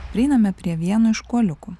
prieiname prie vieno iš kuoliukų